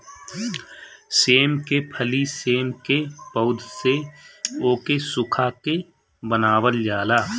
सेम के फली सेम के पौध से ओके सुखा के बनावल जाला